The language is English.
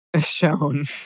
shown